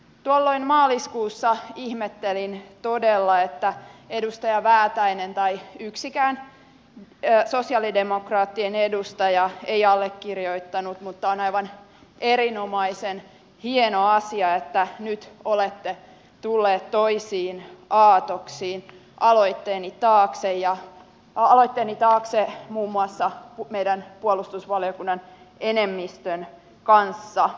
tuolloin maaliskuussa ihmettelin todella että edustaja väätäinen tai yksikään sosialidemokraattien edustaja ei allekirjoittanut mutta on aivan erinomaisen hieno asia että nyt olette tulleet toisiin aatoksiin aloitteeni taakse muun muassa meidän puolustusvaliokunnan enemmistön kanssa